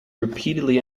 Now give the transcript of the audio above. repeatedly